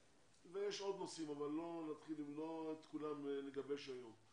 יש עוד נושאים אבל לא נתחיל למנות את כולם ולגבש אותם היום.